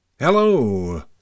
Hello